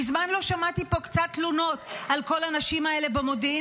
מזמן לא שמעתי פה קצת תלונות על כל הנשים האלה במודיעין